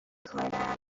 کنم